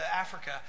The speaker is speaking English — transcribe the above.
Africa